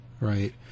Right